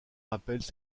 rappellent